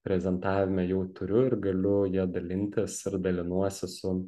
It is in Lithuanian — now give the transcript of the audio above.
prezentavime jau turiu ir galiu dalintis ir dalinuosi su